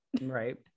Right